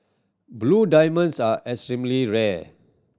blue diamonds are extremely rare